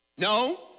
No